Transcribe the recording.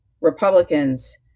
Republicans